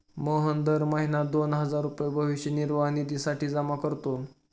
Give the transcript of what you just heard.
मोहन दर महीना दोन हजार रुपये भविष्य निर्वाह निधीसाठी जमा करतो